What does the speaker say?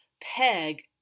Peg